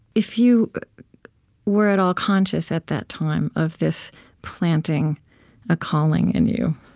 if you were at all conscious at that time of this planting a calling in you